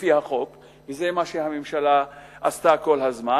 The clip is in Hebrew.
לפי החוק, וזה מה שהממשלה עשתה כל הזמן.